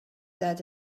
that